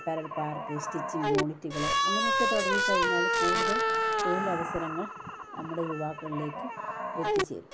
apparel park stitching യൂണിറ്റുകള് അങ്ങനെയൊക്കെ തുടങ്ങി കഴിഞ്ഞാല് കൂടുതൽ തൊഴിലവസരങ്ങൾ നമ്മുടെ യുവാക്കളിലേക്ക് എത്തിച്ചേരും